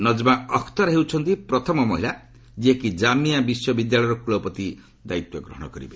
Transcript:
ନକମା ଅଖତର ହେଉଛନ୍ତି ପ୍ରଥମ ମହିଳା ଯିଏକି କାମିଆ ବିଶ୍ୱବିଦ୍ୟାଳୟର କୂଳପତି ଦାୟିତ୍ୱ ଗ୍ରହଣ କରିବେ